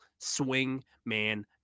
swingman